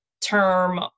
term